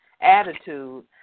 attitude